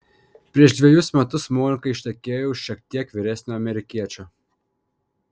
prieš dvejus metus monika ištekėjo už šiek tiek vyresnio amerikiečio